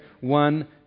one